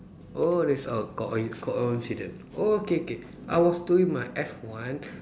oh this oh coin~ coincidence oh okay okay I was doing my F one